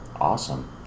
awesome